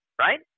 right